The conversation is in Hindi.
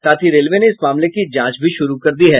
साथ ही रेलवे ने इस मामले की जांच भी शुरू कर दी है